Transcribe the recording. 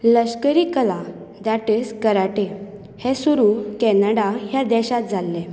लश्करी कला that is karate हें सुरू कॅनडा ह्या देशांत जाल्लें